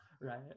Right